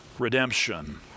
redemption